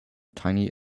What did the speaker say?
tiny